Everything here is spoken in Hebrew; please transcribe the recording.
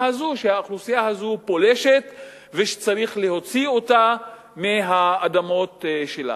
הזאת על כך שהיא פולשת וצריך להוציא אותה מהאדמות שלה.